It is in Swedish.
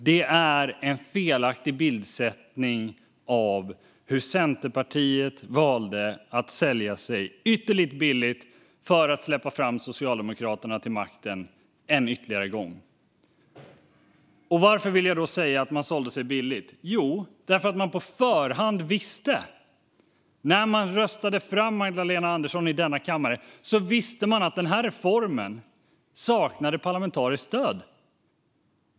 Det är en felaktig bildsättning av hur Centerpartiet valde att sälja sig ytterligt billigt för att släppa fram Socialdemokraterna till makten en ytterligare gång. Varför vill jag då säga att man sålde sig billigt? Jo, därför att man på förhand, när man röstade fram Magdalena Andersson i denna kammare, visste att den här reformen saknade parlamentariskt stöd.